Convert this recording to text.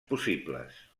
possibles